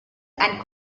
and